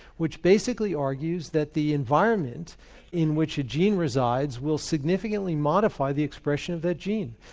which basically argues that the environment in which a gene resides will significantly modify the expression of that gene.